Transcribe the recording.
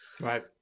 Right